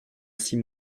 six